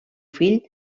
fill